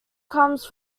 comes